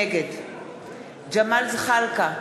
נגד ג'מאל זחאלקה,